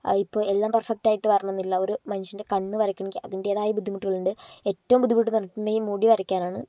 ഇപ്പോൾ എല്ലാം പെർഫെക്റ്റായിട്ട് വരണം എന്നില്ല ഒരു മനുഷ്യൻ്റെ കണ്ണ് വരക്കണമെങ്കിൽ അതിൻ്റെതായ ബുദ്ധിമുട്ടുകളുണ്ട് ഏറ്റവും ബുദ്ധിമുട്ടെന്ന് പറഞ്ഞിട്ടുണ്ടെങ്കിൽ മുടി വരക്കാനാണ്